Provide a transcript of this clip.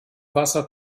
wasser